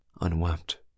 unwept